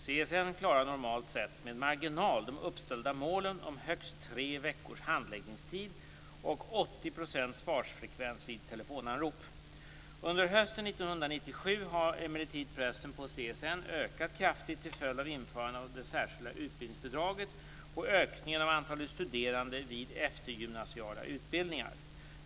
CSN klarar normalt sett med marginal de uppställda målen om högst tre veckors handläggningstid och 80 % svarsfrekvens vid telefonanrop. Under hösten 1997 har emellertid pressen på CSN ökat kraftigt till följd av införandet av det särskilda utbildningsbidraget och ökningen av antalet studerande vid eftergymnasiala utbildningar.